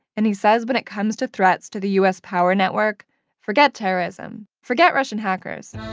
and he says when it comes to threats to the u s. power network forget terrorism, forget russian hackers